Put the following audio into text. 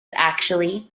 actually